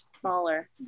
smaller